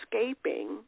escaping